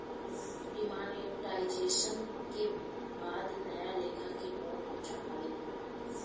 demonetisation के बाद नया लेखा के नोट छपाईल बा